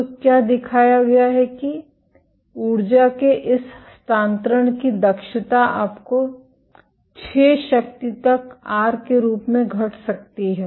तो क्या दिखाया गया है कि ऊर्जा के इस हस्तांतरण की दक्षता आपको 6 शक्ति तक आर के रूप में घट सकती है